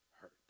hurt